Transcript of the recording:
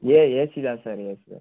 ஏ AC தான் sir AC தான்